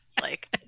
like-